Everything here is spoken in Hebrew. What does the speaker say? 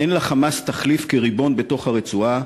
אין ל'חמאס' תחליף כריבון בתוך הרצועה".